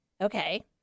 Okay